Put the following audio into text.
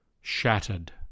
shattered